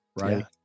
Right